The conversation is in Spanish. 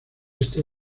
esta